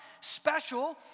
special